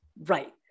Right